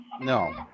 No